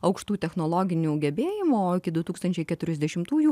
aukštų technologinių gebėjimų o iki du tūkstančiai keturiasdešimtųjų